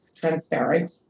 transparent